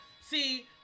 See